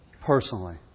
personally